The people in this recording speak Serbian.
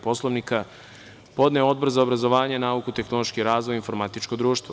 Poslovnika, podneo Odbor za obrazovanje, nauku, tehnološki razvoj i informatičko društvo.